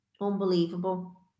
Unbelievable